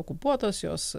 okupuotos jos